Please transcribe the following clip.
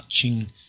touching